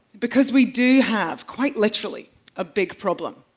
because we do have quite literally a big problem.